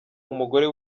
umugore